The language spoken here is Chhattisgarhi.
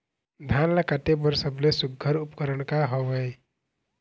धान ला काटे बर सबले सुघ्घर उपकरण का हवए?